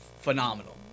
phenomenal